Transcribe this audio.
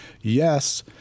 yes